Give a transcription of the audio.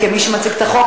כמי שמציג את החוק,